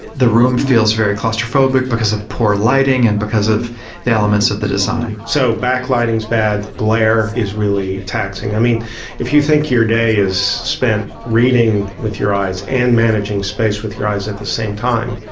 the room feels very claustrophobic because of poor lighting and because of the elements of the design. so back-lighting's bad. glare is really taxing. i mean if you think your day is spent reading with your eyes and managing space with your eyes at the same time,